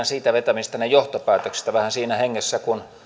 siitä vetämistänne johtopäätöksistä vähän siinä hengessä kuin